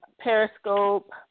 Periscope